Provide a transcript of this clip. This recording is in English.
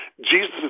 Jesus